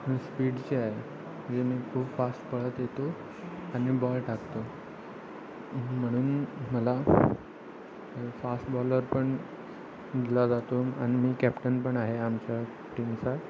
स्पीडची आहे म्हणजे मी खूप फास्ट पळत येतो आणि बॉल टाकतो म्हणून मला फास्ट बॉलर पण दिला जातो आणि मी कॅप्टन पण आहे आमच्या टीमचा